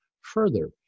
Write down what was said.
further